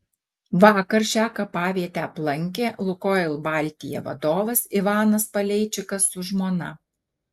vakar šią kapavietę aplankė lukoil baltija vadovas ivanas paleičikas su žmona